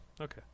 okay